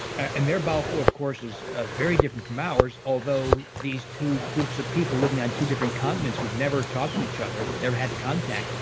and their bowel flora of course is very different from ours, although these two groups of people living on two different continents who have never talked to each other, never had contact,